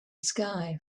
sky